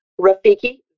Rafiki